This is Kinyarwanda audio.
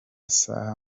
saa